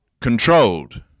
Controlled